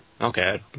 Okay